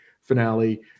finale